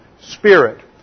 spirit